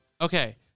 Okay